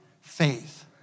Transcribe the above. faith